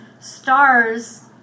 stars